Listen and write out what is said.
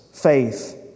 faith